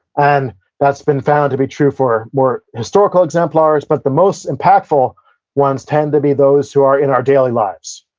and that's been found to be true for more historical exemplars, but the most impactful ones tend to be those who are in our daily lives.